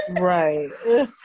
right